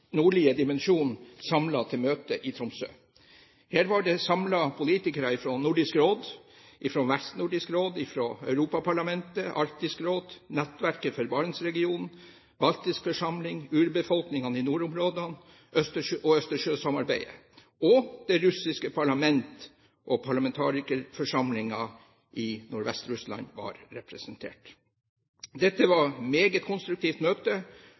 nordlige dimensjon samlet til møte i Tromsø. Her var det samlet politikere fra Nordisk Råd, Vestnordisk Råd, Europaparlamentet, Arktisk Råd, nettverket for Barentsregionen, Baltisk Forsamling, urbefolkningene i nordområdene og Østersjøsamarbeidet og det russiske parlament og parlamentarikerforsamlingen i Nordvest-Russland var representert. Dette var et meget konstruktivt møte,